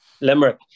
Limerick